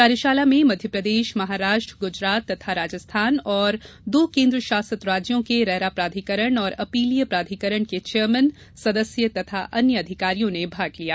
कार्यशाला में मध्यप्रदेश महाराष्ट्र गुजरात तथा राजस्थान और दो केन्द्र शासित राज्यों के रेरा प्राधिकरण और अपीलीय प्राधिकरण के चेयरमेन सदस्य तथा अन्य अधिकारियों ने भाग लिया